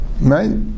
right